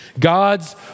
God's